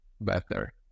better